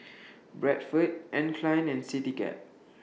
Bradford Anne Klein and Citycab